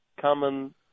common